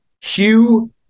Hugh